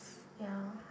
ya